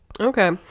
Okay